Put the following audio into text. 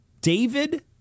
David